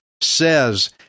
says